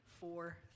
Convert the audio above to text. four